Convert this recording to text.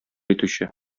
итүче